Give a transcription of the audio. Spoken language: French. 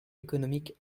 économique